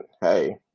hey